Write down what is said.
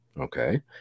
okay